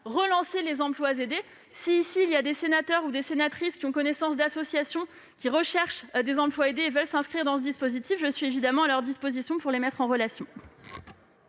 relancé les emplois aidés. Mesdames, messieurs les sénateurs, si certains d'entre vous ont connaissance d'associations qui recherchent des emplois aidés et veulent s'inscrire dans ce dispositif, je suis évidemment à leur disposition pour les mettre en relation.